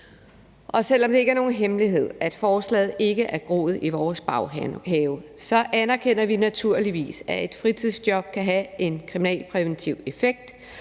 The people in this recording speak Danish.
Selv om det ikke er nogen hemmelighed, at forslaget ikke har groet i vores baghave, anerkender vi naturligvis, at et fritidsjob kan have en kriminalpræventiv effekt,